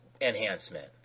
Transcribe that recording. enhancement